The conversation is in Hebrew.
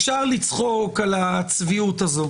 אפשר לצחוק על הצביעות הזו